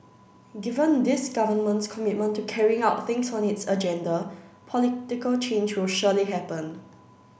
given this Government's commitment to carrying out things on its agenda political change will surely happen